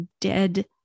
dead